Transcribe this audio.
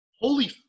Holy